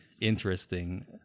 interesting